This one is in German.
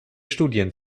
studien